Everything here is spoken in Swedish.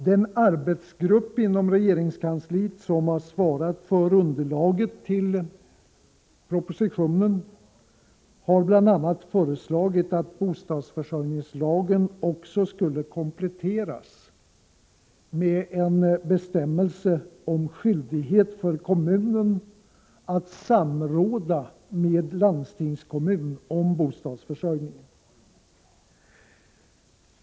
Den arbetsgrupp inom regeringskansliet som har tagit fram underlaget till propositionen har bl.a. föreslagit att bostadsförsörjningslagen skall kompletteras med en bestämmelse om skyldighet för kommunen att samråda med landstingskommun om bostadsförsörjningen.